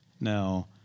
Now